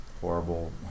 horrible